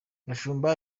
gashumba